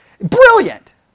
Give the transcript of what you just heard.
Brilliant